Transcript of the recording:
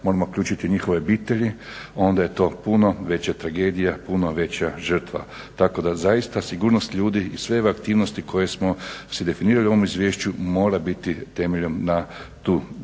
moramo uključiti njihove obitelji, onda je to puno veća tragedija, puno veća žrtva. Tako da zaista sigurnost ljudi i sve aktivnosti koje smo si definirali u ovom izvješću mora biti temeljeno na taj dio.